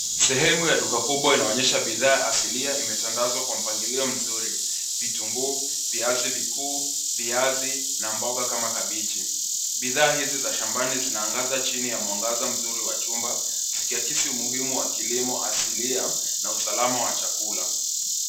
Sehemu ya duka kubwa inaonyesha bidhaa asilia imetandazwa kwa mpangilio mzuri. Vitunguu, viazi vikuu, viazi na mboga kama kabeji. Bidhaa hizi za shambani zinaangaza chini ya mwangaza mzuri wa chumba zikiakisi umuhimu wa kilimo asilia na usalama wa chakula.